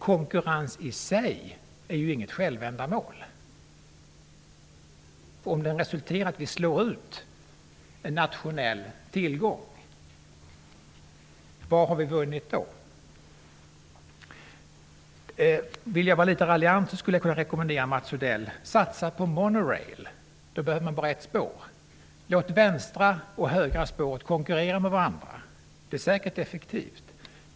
Konkurrens i sig är inget självändamål. Om den resulterar i att vi slår ut en nationell tillgång, vad har vi vunnit då? Ville jag vara litet raljant skulle jag kunna rekommendera Mats Odell att satsa på monorail -- då behöver man bara ett spår. Låt vänstra och högre spåret konkurrera med varandra, det är säkert effektivt!